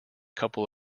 couple